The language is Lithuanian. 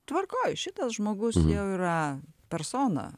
tvarkoj šitas žmogus jau yra persona